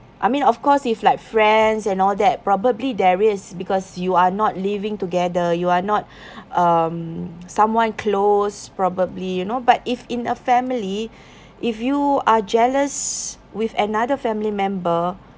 I mean of course if like friends and all that probably there is because you are not living together you are not um someone close probably you know but if in a family if you are jealous with another family member